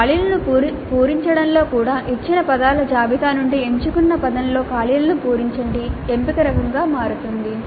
ఖాళీలను పూరించడంలో కూడా ఇచ్చిన పదాల జాబితా నుండి ఎంచుకున్న పదంతో ఖాళీలను పూరించండి ఎంపిక రకంగా మారుతుంది